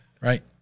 Right